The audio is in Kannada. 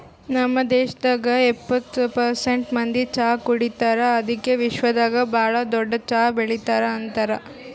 ನಮ್ ದೇಶದಾಗ್ ಎಪ್ಪತ್ತು ಪರ್ಸೆಂಟ್ ಮಂದಿ ಚಹಾ ಕುಡಿತಾರ್ ಅದುಕೆ ವಿಶ್ವದಾಗ್ ಭಾಳ ದೊಡ್ಡ ಚಹಾ ಬೆಳಿತಾರ್ ಅಂತರ್